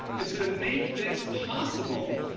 and so to make this possible,